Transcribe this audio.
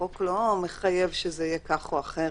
החוק לא מחייב שזה יהיה כך או אחרת,